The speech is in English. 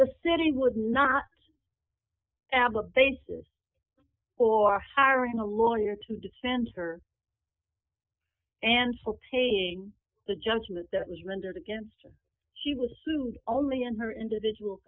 the city would not have a basis or hiring a lawyer to defend her and for paying the judgment that was rendered against her she was sued only in her individual